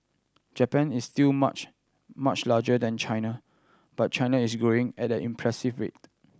Japan is still much much larger than China but China is growing at an impressive rate